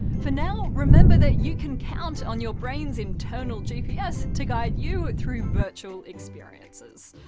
for now, remember that you can count on your brain's' internal gps to guide you through virtual experiences.